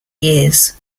years